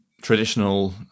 traditional